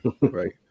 Right